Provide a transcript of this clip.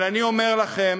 אבל אני אומר לכם